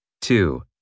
Two